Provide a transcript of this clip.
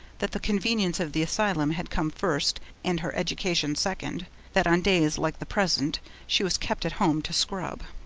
that the convenience of the asylum had come first and her education second that on days like the present she was kept at home to scrub.